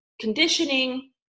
conditioning